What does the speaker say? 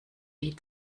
die